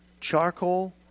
charcoal